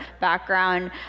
background